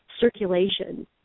circulation